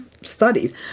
studied